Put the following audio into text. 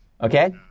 Okay